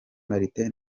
martin